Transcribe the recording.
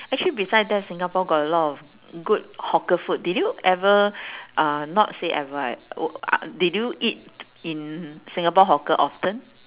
actually besides that singapore got a lot of good hawker food did you ever uh not say ever uh oh ah did you eat in singapore hawker often